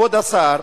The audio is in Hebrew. כבוד השר,